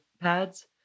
pads